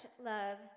love